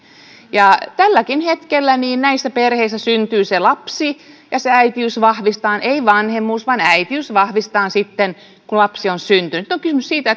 tälläkin hetkellä näissä perheissä se lapsi syntyy ja se äitiys ei vanhemmuus vaan äitiys vahvistetaan sitten kun lapsi on syntynyt nyt on kysymys siitä